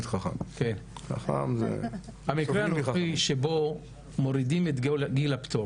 המקרה הנוכחי שבו מורידים את גיל הפטור